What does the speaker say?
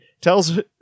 tells